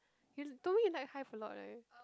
you t~ told me you like hive a lot eh